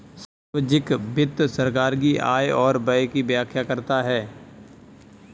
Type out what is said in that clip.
सार्वजिक वित्त सरकार की आय और व्यय की व्याख्या करता है